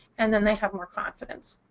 and then they have more confidence.